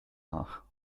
nach